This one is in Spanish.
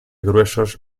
gruesos